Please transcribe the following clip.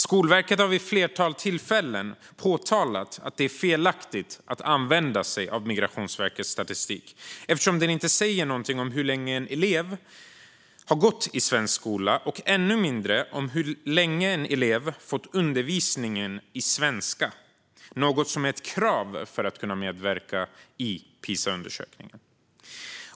Skolverket har vid ett flertal tillfällen påtalat att det är felaktigt att använda sig av Migrationsverkets statistik eftersom den inte säger något om hur länge en elev har gått i svensk skola och ännu mindre om hur länge en elev fått undervisning i svenska, något som är ett krav för att kunna medverka i PISA-undersökningen.